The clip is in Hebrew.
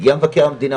הגיע מבקר המדינה,